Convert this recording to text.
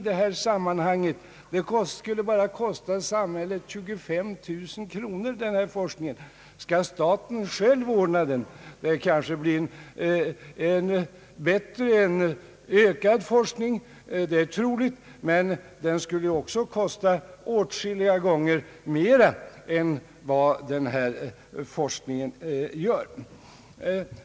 Denna forskning skulle bara kosta samhället 25 000 kronor. Skall staten själv ordna den, är det troligt att det blir en mer omfattande forskning, men den kommer säkerligen också att kosta åtskilliga gånger mer än den forskning det här är fråga om.